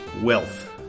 wealth